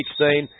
16